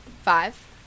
Five